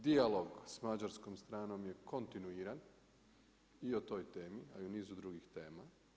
Dijalog s mađarskom stranom je kontinuiran i o toj temi, a i o nizu drugih tema.